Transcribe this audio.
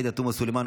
עאידה תומא סלימאן,